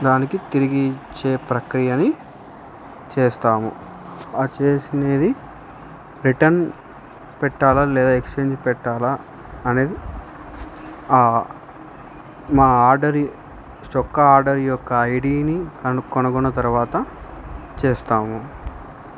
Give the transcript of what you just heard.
దానికి తిరిగిచ్చే ప్రక్రియని చేస్తాము ఆ చేసినది రిటర్న్ పెట్టాలా లేదా ఎక్స్చేంజ్ పెట్టాలా అనేది మా ఆర్డర్ చొక్క ఆర్డర్ యొక్క ఐ డీని కొనుగొన్న తర్వాత చేస్తాము